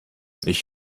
ich